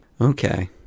Okay